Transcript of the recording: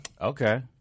Okay